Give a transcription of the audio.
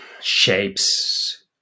shapes